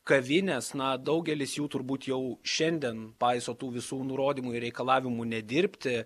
kavinės na daugelis jų turbūt jau šiandien paiso tų visų nurodymų ir reikalavimų nedirbti